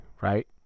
right